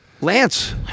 Lance